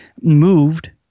moved